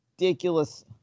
ridiculous